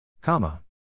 Comma